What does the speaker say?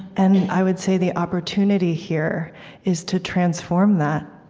and i would say the opportunity here is to transform that.